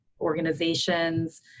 organizations